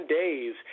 days